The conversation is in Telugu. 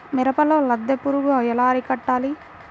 మిరపలో లద్దె పురుగు ఎలా అరికట్టాలి?